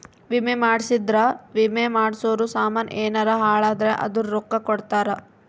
ವಿಮೆ ಮಾಡ್ಸಿದ್ರ ವಿಮೆ ಮಾಡ್ಸಿರೋ ಸಾಮನ್ ಯೆನರ ಹಾಳಾದ್ರೆ ಅದುರ್ ರೊಕ್ಕ ಕೊಡ್ತಾರ